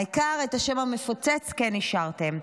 העיקר, את השם המפוצץ כן השארתם.